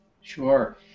Sure